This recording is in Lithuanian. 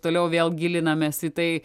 toliau vėl gilinamės į tai